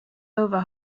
over